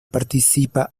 participa